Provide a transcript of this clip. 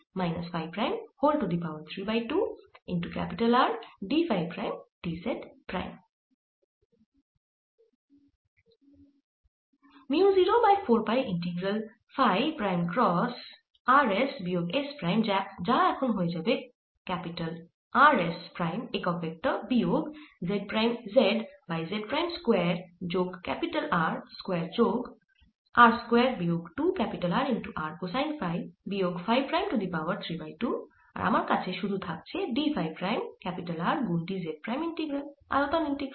mu 0 by 4 pi integral phi prime cross r s বিয়োগ s prime যা এখন হয়ে যাবে R s প্রাইম একক ভেক্টর বিয়োগ z prime z by z prime square যোগ R স্কয়ার যোগ r স্কয়ার বিয়োগ 2 R r কোসাইন ফাই বিয়োগ phi prime to the power 3 by 2 আর আমার কাছে শুধু থাকছে d ফাই প্রাইম R গুন dz প্রাইম ইন্টিগ্রাল আয়তন ইন্টিগ্রাল